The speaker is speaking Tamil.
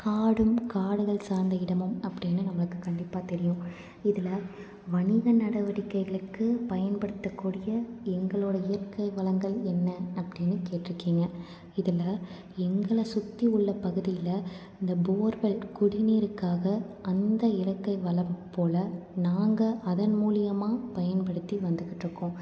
காடும் காடுகள் சார்ந்த இடமும் அப்படினு நம்மளுக்கு கண்டிப்பாக தெரியும் இதில் வணிக நடவடிக்கைகளுக்கு பயன்படுத்த கூடிய எங்களுடைய இயற்கை வளங்கள் என்ன அப்படினு கேட்டுருக்கிங்க இதில் எங்களை சுற்றி உள்ள பகுதியில் இந்த போர்வெல் குடிநீருக்காக அந்த இயற்கை வளம் போல நாங்கள் அதன் மூலிமா பயன்படுத்தி வந்துக்கிட்டு இருக்கோம்